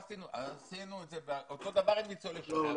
עשינו אותו דבר עם ניצולי שואה.